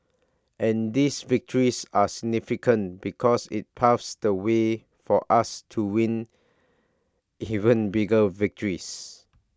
and these victories are significant because IT paves the way for us to win even bigger victories